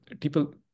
people